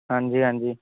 ਹਾਂਜੀ ਹਾਂਜੀ